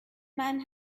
man